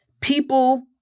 people